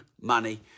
money